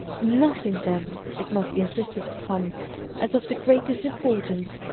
nothing, then, it must be insisted upon as of the greatest im portance,